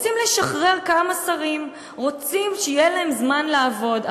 רוצים לשחרר כמה שרים, רוצים שיהיה להם זמן לעבוד.